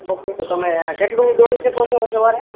okay તો તમે કેટલું દોડી શકો છો સવારે